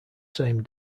same